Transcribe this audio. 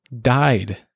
died